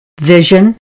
vision